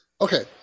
Okay